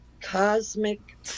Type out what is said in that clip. Cosmic